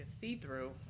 see-through